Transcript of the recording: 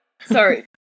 Sorry